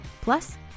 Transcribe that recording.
Plus